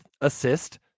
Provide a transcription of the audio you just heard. assist